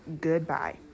Goodbye